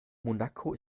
monaco